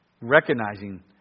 Recognizing